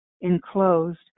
enclosed